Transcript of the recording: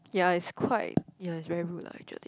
ya it's quite ya it's very rude lah actually